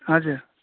हजुर